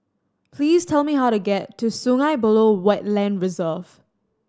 please tell me how to get to Sungei Buloh Wetland Reserve